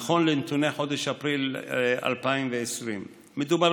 נכון לנתוני חודש אפריל 2020. מדובר